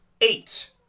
eight